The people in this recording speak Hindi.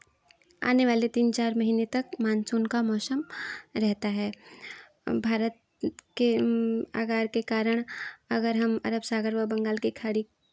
आने वाले तीन चार महीने तक मानसून का मौसम रहता है भारत के आकार के कारण अगर हम अरब सागर वा बंगाल की खाड़ी